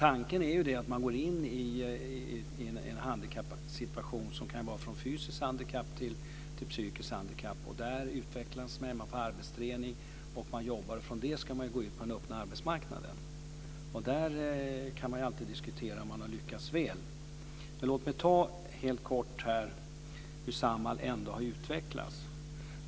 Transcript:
Tanken är att man går in i en handikappads situation - det kan gälla fysiskt eller psykiskt handikapp - och utvecklar denna genom arbetsträning. Utifrån detta ska den handikappade sedan gå ut på den öppna arbetsmarknaden. Man kan alltid diskutera om man har lyckats väl med detta, men låt mig helt kort nämna hur Samhall har utvecklats.